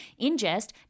ingest